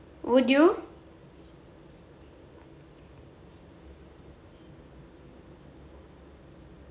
would you